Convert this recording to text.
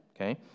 okay